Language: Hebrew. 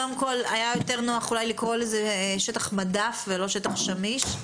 אולי היה יותר נוח לקרוא לזה שטח מדף ולא שטח שמיש,